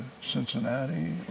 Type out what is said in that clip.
Cincinnati